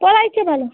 পড়ায় কে ভালো